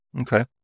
okay